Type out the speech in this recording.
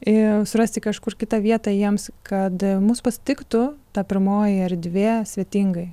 ir surasti kažkur kitą vietą jiems kad mus pasitiktų ta pirmoji erdvė svetingai